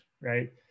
Right